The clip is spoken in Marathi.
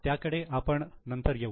त्याकडे आपण नंतर येऊ